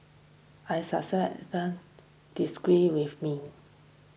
I disagree with me